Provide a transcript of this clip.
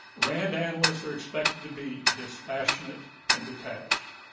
rand analysts are expected to be dispassionate and detached.